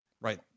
Right